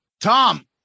Tom